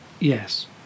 yes